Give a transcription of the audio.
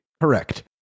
Correct